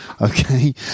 Okay